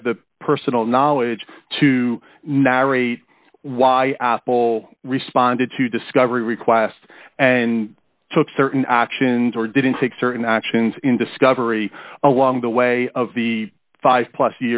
have the personal knowledge to narrate why apple respond two discovery request and took certain actions or didn't take certain actions in discovery along the way of the five plus